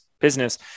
business